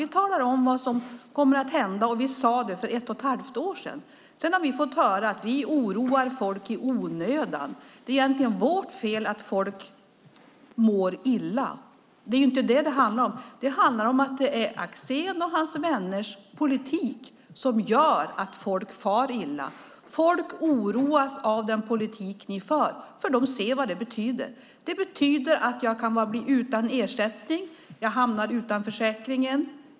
Vi talar om vad som kommer att hända, och vi sade det för ett och ett halvt år sedan. Sedan har vi fått höra att vi oroar folk i onödan. Det är egentligen vårt fel att folk mår illa. Det är ju inte det som det handlar om. Det handlar om att det är Axéns och hans vänners politik som gör att folk far illa. Folk oroas av den politik ni för, därför att de ser vad det betyder. Det betyder att jag kan bli utan ersättning. Jag hamnar utanför försäkringen.